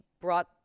brought